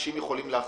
אנשים יכולים להחליט.